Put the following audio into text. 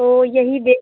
तो यही दे